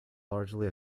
largely